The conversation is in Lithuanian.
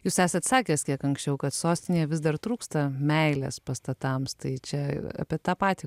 jūs esat sakęs kiek anksčiau kad sostinėje vis dar trūksta meilės pastatams tai čia apie tą patį